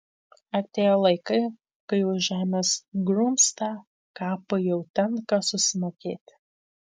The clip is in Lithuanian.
atėjo laikai kai už žemės grumstą kapui jau tenka susimokėti